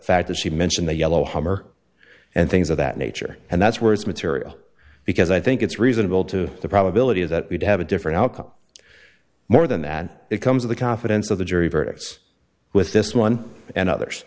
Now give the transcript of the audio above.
fact that she mentioned the yellow hammer and things of that nature and that's where it's material because i think it's reasonable to the probability is that we'd have a different outcome more than that it comes of the confidence of the jury verdicts with this one and others